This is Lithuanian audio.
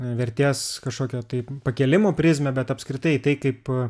vertės kažkokią taip pakėlimo prizmę bet apskritai tai kaip